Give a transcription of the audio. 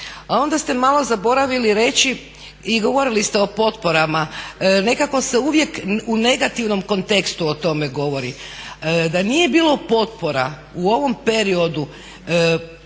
A onda ste malo zaboravili reći i govorili ste o potporama. Nekako se uvijek u negativnom kontekstu o tome govori. Da nije bilo potpora u ovom periodu